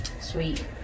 Sweet